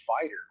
fighter